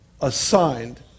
assigned